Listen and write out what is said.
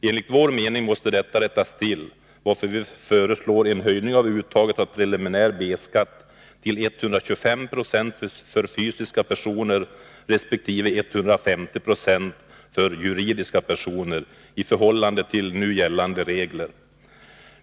Enligt vår mening måste detta rättas till, varför vi föreslår en höjning av uttaget av preliminär B-skatt till 125 92 för fysiska personer resp. 150 96 för juridiska personer i förhållande till nu gällande regler.